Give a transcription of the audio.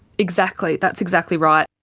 exactly. that's exactly right.